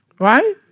Right